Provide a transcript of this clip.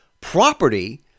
property